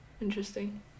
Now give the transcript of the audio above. Interesting